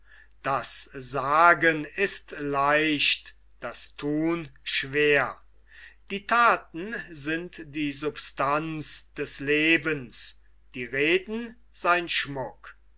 das sagen ist leicht das thun schwer die thaten sind die substanz des lebens die reden sein schmuck